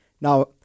Now